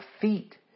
feet